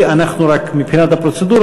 מבחינת הפרוצדורה,